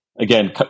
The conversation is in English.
again